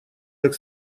как